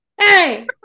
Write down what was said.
Hey